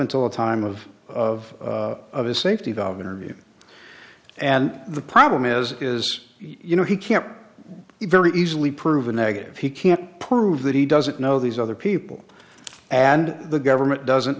until the time of of of his safety valve interview and the problem is is you know he can't even easily prove a negative he can't prove that he doesn't know these other people and the government doesn't